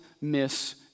miss